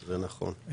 זה נכון.